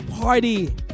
party